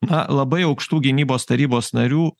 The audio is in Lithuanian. na labai aukštų gynybos tarybos narių